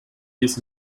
this